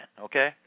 okay